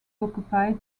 occupied